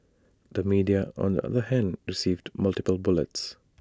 the media on the other hand received multiple bullets